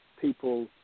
people